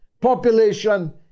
population